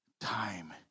Time